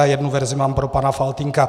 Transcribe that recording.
Jednu verzi mám pro pana Faltýnka.